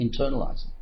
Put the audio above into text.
internalizing